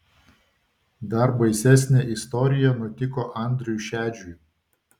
dar baisesnė istorija nutiko andriui šedžiui